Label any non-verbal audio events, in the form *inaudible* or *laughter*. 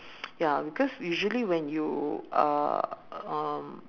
*noise* ya because usually when you uh um